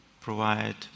provide